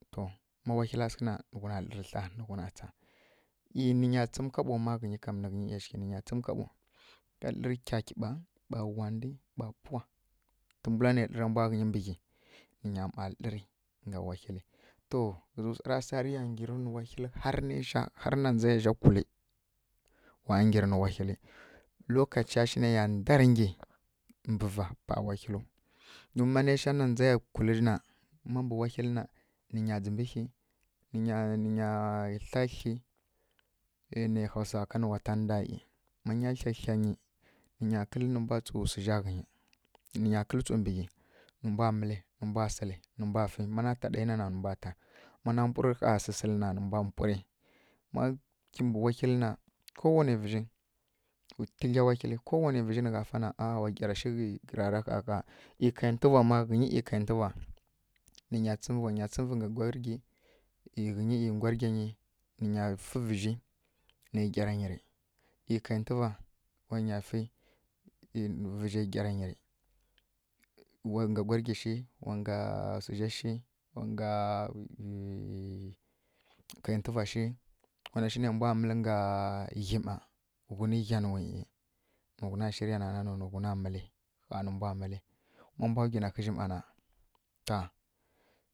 To ma wahila sǝghǝ na nǝ gha lǝrǝ thla nǝ gha tsa, ˈyi nǝ nya tsǝm kaɓo mma ghǝnyi kam nǝ nyi ˈyashighǝ nǝ nya tsǝm kaɓo, ká lǝrǝ kyakyiɓa ɓa wandǝ ɓa pawa. Tǝmula na lǝra mbwa ghǝnyi mbǝ ghyi nǝ nya mma lǝrǝ ngga wahilǝ. To ghǝzǝ swara sa rǝ ya nggyirǝ nǝ wahilǝ har naisha harǝ na ndza ya zha kulǝ wa ya nggyirǝ nǝ wahilǝ lokaca shi nai ya ndǝrǝ nggyi mbǝ va pa wahilǝw. Mi ma naisha na ndza ya kulǝ na, nǝ nya ndzǝmbǝ thyi nǝ nya nya thla thyi nai hausa kanǝ watanda, ma nya thyá thya nyi nǝ nya kǝ́lǝ́ nǝ mbwa tsǝw swu zha ghǝnyi, nǝ nya kǝ́lǝ́ tsǝw mbǝ ghyi nǝ mbwa mǝlǝ, nǝ mbwa sǝlǝ nǝ mbwa fǝ mana ta ɗai nǝ na nǝ mbwa ta, mana mpurǝ ƙha sǝsilǝ na nǝ mbwa mpurǝ. Má kimbǝ wahilǝ na kowanai vǝzhi nǝ ˈyi tǝdlya wahilǝ nǝ gha fa na a wa gyyara shi ghǝi rara ƙha-ƙha, ˈyi kaintuva má ghǝnyi ˈyi kaintuva nǝ nya tsǝmǝvǝ nǝ nya tsǝmǝvǝ kwa gudlya ghyi ˈyi ghǝnyi ˈyi gwaggya nyi nǝ nya fǝ vǝzhi nai nggyara nyi rǝ ˈyi kaintuva vǝzhai nggyara nyi rǝ wa ngga ngwarǝ gyi shi wa ngga, wa ngga swu zha shi wa ngga, kaintuva shi wa na shi nai mbwa wana shi nai mbwa mǝlǝ ngga ghyi mma ghunǝ ghya nu wa nuwa shirǝ panai mbwa mǝlǝ gha nǝ mbwa mǝlǝ. Má mbwa gwi na ghǝi zhi mma na to.